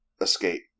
escape